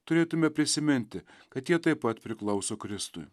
turėtume prisiminti kad jie taip pat priklauso kristui